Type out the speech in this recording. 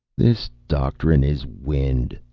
this doctrine is wind,